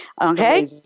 okay